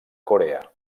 corea